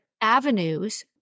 avenues